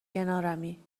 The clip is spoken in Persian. کنارمی